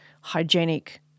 hygienic